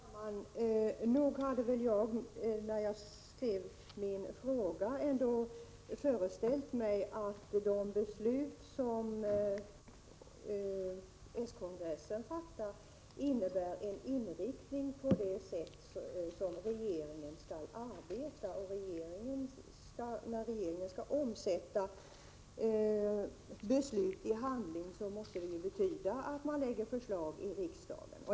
Herr talman! Nog föreställde jag mig, när jag skrev min fråga, att de beslut som den socialdemokratiska partikongressen fattar innebär en inriktning för regeringens sätt att arbeta, och när regeringen skall omsätta beslut i handling måste det betyda att man lägger fram förslag i riksdagen.